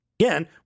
again